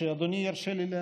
תודה.